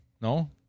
No